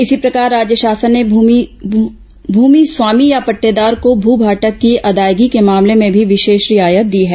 इसी प्रकार राज्य शासन ने भूमि स्वामी या पट़टेदार को भू भाटक की अदायगी के मामले में भी विशेष रियायत दी है